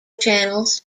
channels